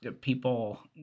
people